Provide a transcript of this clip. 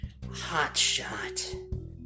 Hotshot